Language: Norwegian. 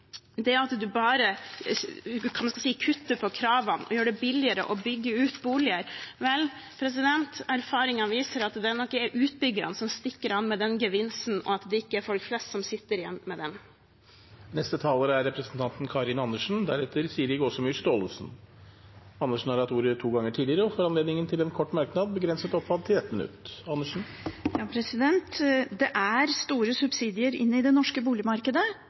det billigere å bygge ut boliger: Erfaringene viser at det nok er utbyggerne som stikker av med den gevinsten, og at det ikke er folk flest som sitter igjen med den. Representanten Karin Andersen har hatt ordet to ganger tidligere og får ordet til en kort merknad, begrenset til 1 minutt. Det er store subsidier i det norske boligmarkedet.